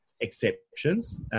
exceptions